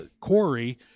Corey